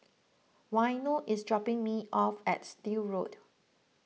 Waino is dropping me off at Still Road